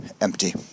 empty